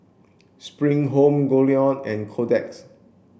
Spring Home Goldlion and Kotex